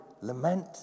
lament